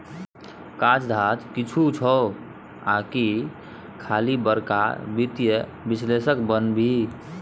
काज धाज किछु छौ आकि खाली बड़का वित्तीय विश्लेषक बनभी